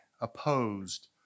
opposed